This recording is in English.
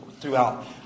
throughout